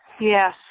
Yes